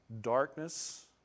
darkness